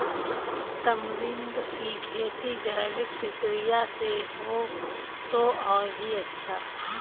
tamarind की खेती जैविक प्रक्रिया से हो तो और भी अच्छा